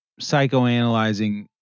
psychoanalyzing